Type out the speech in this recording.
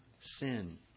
sin